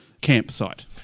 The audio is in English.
campsite